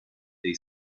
they